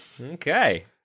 Okay